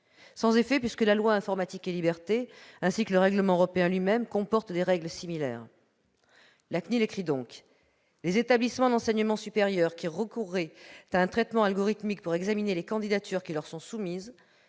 sans effet, puisque la loi Informatique et libertés et le règlement européen lui-même comportent des règles similaires. Selon la CNIL, « les établissements d'enseignement supérieur qui recourraient à un traitement algorithmique pour examiner les candidatures qui leur sont soumises